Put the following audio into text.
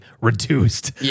reduced